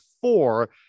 four